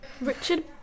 Richard